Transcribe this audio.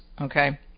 okay